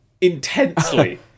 Intensely